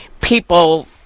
people